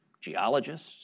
Geologists